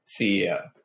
CEO